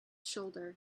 shoulder